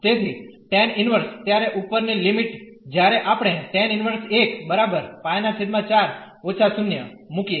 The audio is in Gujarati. તેથી ટેન ઇન્વર્સ ત્યારે ઉપરની લિમિટ જ્યારે આપણે મૂકીએ